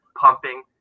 pumping